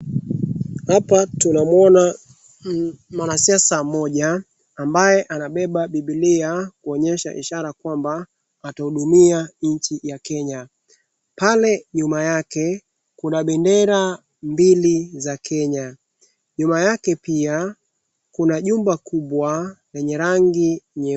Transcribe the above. Hapa tunamwona mwanasiasa mmoja ambaye anabeba Bibilia, kuonyesha ishara kwamba atahudumia nchi ya Kenya. Pale nyuma yake, kuna bendera mbili za Kenya. Nyuma yake pia, kuna jumba kubwa, lenye rangi ya nyeupe.